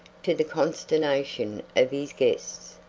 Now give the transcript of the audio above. to the consternation of his guests,